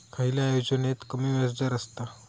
खयल्या योजनेत कमी व्याजदर असता?